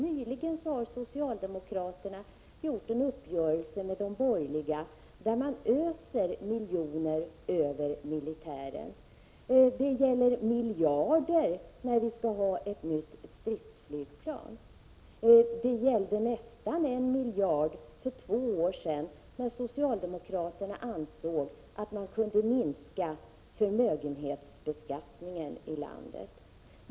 Nyligen har socialdemokraterna träffat en uppgörelse med de borgerliga partierna genom vilken man öser miljoner över militären. Det gäller miljarder när vi skall ha ett nytt stridsflygplan. Det gällde nästan en miljard för två år sedan, då socialdemokraterna ansåg att man kunde minska förmögenhetsbeskattningen.